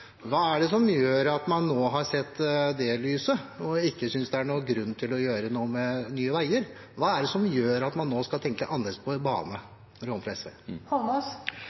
Hva er det som gjør at man nå har sett det lyset, og ikke synes det er noen grunn til å gjøre noe med Nye Veier? Hva er det som gjør at man nå skal tenke annerledes på bane?